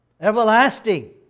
Everlasting